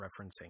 referencing